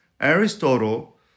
Aristotle